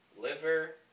liver